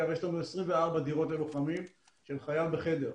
יש לנו 24 דירות ללוחמים של חייל בחדר,